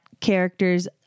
characters